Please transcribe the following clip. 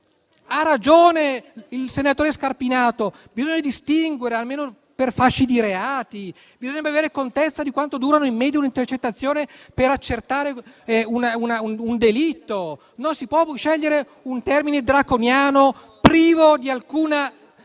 Ha ragione il senatore Scarpinato: bisogna distinguere almeno per fasce di reati. Bisognerebbe avere contezza di quanto dura in media un'intercettazione per accertare un delitto. Non si può scegliere un termine draconiano privo di